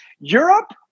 Europe